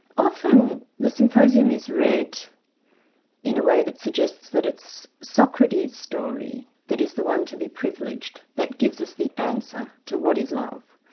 often symposium is read in a way that suggests that it's socrates' story that is the one to be privileged, that gives us the answer to what is love,